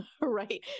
right